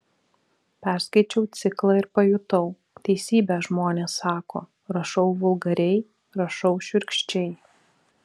perskaičiau ciklą ir pajutau teisybę žmonės sako rašau vulgariai rašau šiurkščiai